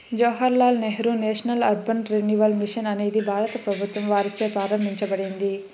Jawahar Lal Nehru national urban renewal mission అనేది భారత ప్రభుత్వం వారిచే ప్రారంభించబడింది